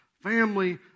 family